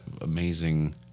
amazing